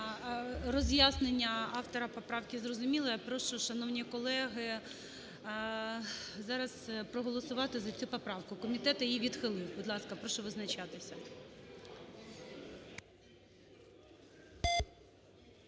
Роз'яснення автора поправки зрозумілі. Я прошу, шановні колеги, зараз проголосувати за цю поправку, комітет її відхилив. Будь ласка, прошу визначатися.